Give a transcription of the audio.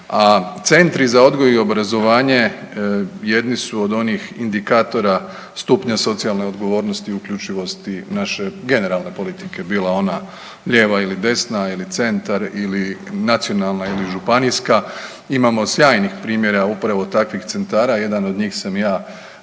centri za odgoj i obrazovanje jednu su od onih indikatora stupnja socijalne odgovornosti, uključivosti naše generalne politike, bila ona lijeva ili desna ili centar ili nacionalna ili županijska. Imamo sjajnih primjera upravo takvih centara, jedan od njih sam i